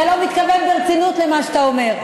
אתה לא מתכוון ברצינות למה שאתה אומר,